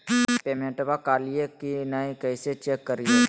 पेमेंटबा कलिए की नय, कैसे चेक करिए?